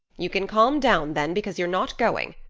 you can calm down then, because you're not going.